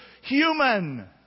human